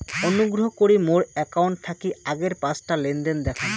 অনুগ্রহ করি মোর অ্যাকাউন্ট থাকি আগের পাঁচটা লেনদেন দেখান